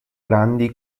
grandi